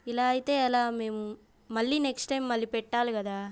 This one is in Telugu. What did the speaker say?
ఇలా అయితే ఎలా మేము మళ్ళీ నెక్స్ట్ టైమ్ మళ్ళీ పెట్టాలి కదా